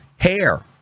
hair